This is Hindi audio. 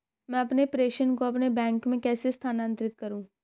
मैं अपने प्रेषण को अपने बैंक में कैसे स्थानांतरित करूँ?